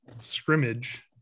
scrimmage